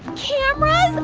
camera.